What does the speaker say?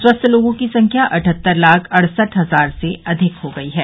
स्वस्थ लोगों की संख्या अठहत्तर लाख अड़सठ हजार से अधिक हो गई है